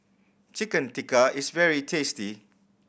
Chicken Tikka is very tasty